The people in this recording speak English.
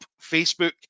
Facebook